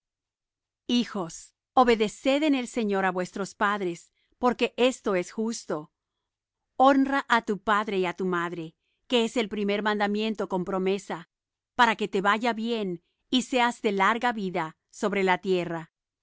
hijos obedeced en el señor á vuestros padres porque esto es justo honra á tu padre y á tu madre que es el primer mandamiento con promesa para que te vaya bien y seas de larga vida sobre la tierra